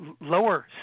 lower